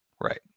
Right